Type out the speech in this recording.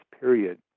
period